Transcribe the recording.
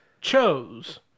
chose